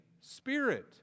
Spirit